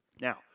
Now